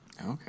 Okay